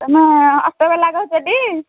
ତୁମେ ଅଟୋବାଲା କହୁଛ ଟି